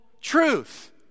truth